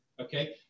okay